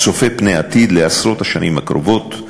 הצופה פני עתיד, לעשרות השנים הקרובות.